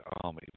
Army